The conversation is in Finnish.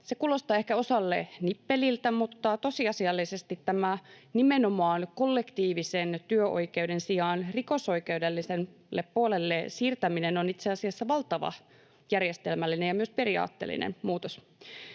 Se kuulostaa ehkä osalle nippeliltä, mutta tosiasiallisesti tämä nimenomaan kollektiivisen työoikeuden sijaan rikosoikeudelliselle puolelle siirtäminen on itse asiassa valtava järjestelmällinen ja myös periaatteellinen muutos.